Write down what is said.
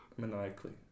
maniacally